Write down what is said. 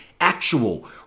actual